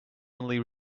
only